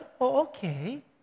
Okay